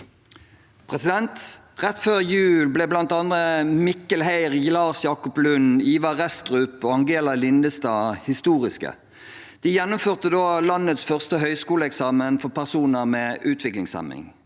Rett før jul ble bl.a. Mikkel Borge Heir, Lars-Jacob Lundh, Ivar Restrup og Angela Lindstad historiske. De gjennomførte landets første høyskoleeksamen for personer med utviklingshemning.